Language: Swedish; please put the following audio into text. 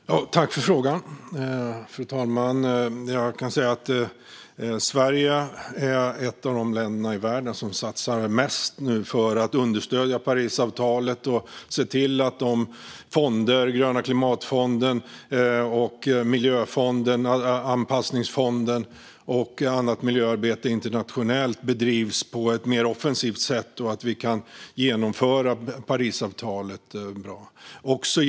Fru talman! Jag tackar ledamoten för frågan. Sverige är ett av de länder i världen som satsar mest för att understödja Parisavtalet och se till att gröna klimatfonden, miljöfonden, anpassningsfonden och annat internationellt miljöarbete bedrivs på ett mer offensivt sätt så att Parisavtalet kan genomföras.